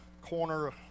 corner